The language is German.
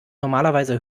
normalerweise